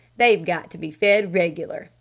they've got to be fed regular',